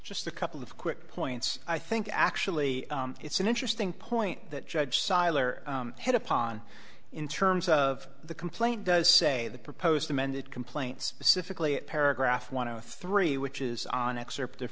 just a couple of quick points i think actually it's an interesting point that judge seiler hit upon in terms of the complaint does say the proposed amended complaint specifically paragraph want to three which is on excerpt